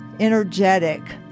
energetic